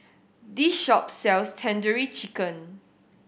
this shop sells Tandoori Chicken